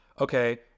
Okay